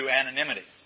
anonymity